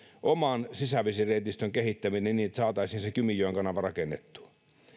oman sisävesireitistön kehittäminen niin että saataisiin se kymijoen kanava rakennettua